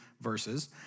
verses